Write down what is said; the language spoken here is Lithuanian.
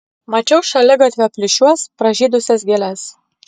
mačiau šaligatvio plyšiuos pražydusias gėles